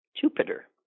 jupiter